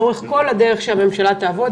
לאורך כל הדרך שהממשלה תעבוד,